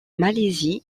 malaisie